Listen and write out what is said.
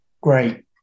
great